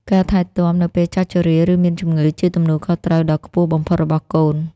ការថែទាំនៅពេលចាស់ជរា ឬមានជម្ងឺជាទំនួលខុសត្រូវដ៏ខ្ពស់បំផុតរបស់កូន។